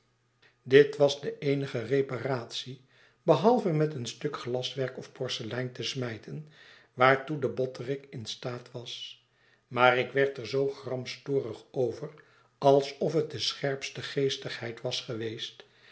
dit was de eenige repartie behalvemet een stuk glaswerk of porselein te smijten waartoe de botterik in staat was maar ik werd er zoo gramstorig over alsof het de scherpste geestigheid was geweest